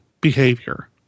behavior